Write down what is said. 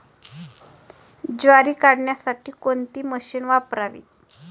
ज्वारी काढण्यासाठी कोणते मशीन वापरावे?